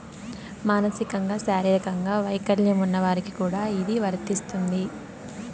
మానసికంగా శారీరకంగా వైకల్యం ఉన్న వారికి కూడా ఇది వర్తిస్తుంది